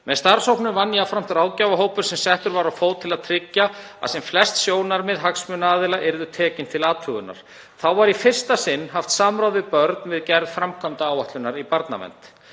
Með starfshópnum vann jafnframt ráðgjafahópur sem settur var á fót til að tryggja að sem flest sjónarmið hagsmunaaðila yrðu tekin til athugunar. Þá var í fyrsta sinn haft samráð við börn við gerð framkvæmdaáætlunar í barnavernd.